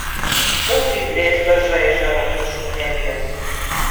skaudžiai blėsta žaižara viršum neries